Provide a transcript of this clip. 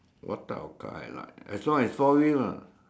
what type of car I like as long as four wheel lah